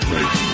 Make